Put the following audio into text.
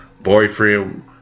boyfriend